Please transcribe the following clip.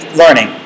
learning